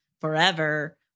forever